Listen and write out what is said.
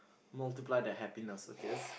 multiply their happiness okay that's